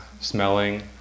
smelling